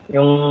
Yung